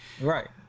right